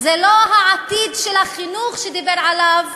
זה לא העתיד של החינוך שדיבר עליו